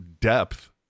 depth